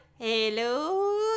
hello